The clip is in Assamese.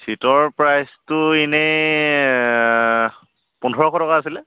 চিটৰ প্ৰাইচটো ইনেই পোন্ধৰশ টকা আছিলে